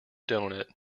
doughnut